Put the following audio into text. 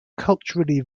culturally